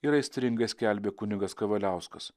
ir aistringai skelbė kunigas kavaliauskas